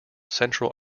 central